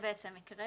הותמ"ל,